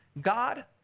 God